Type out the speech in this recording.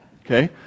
Okay